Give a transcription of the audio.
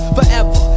Forever